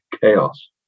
chaos